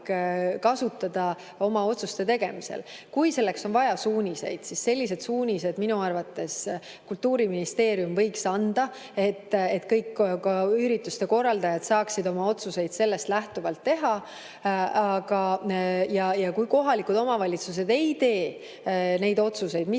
võimalik otsuste tegemisel kasutada. Kui selleks on vaja suuniseid, siis need suunised minu arvates Kultuuriministeerium võiks anda, nii et kõik ürituste korraldajad saaksid oma otsused nendest [suunistest] lähtuvalt teha. Kui kohalikud omavalitsused ei tee neid otsuseid, mis